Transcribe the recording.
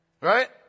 right